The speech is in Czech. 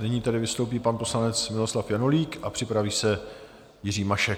Nyní tedy vystoupí pan poslanec Miloslav Janulík a připraví se Jiří Mašek.